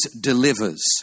delivers